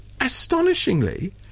astonishingly